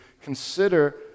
consider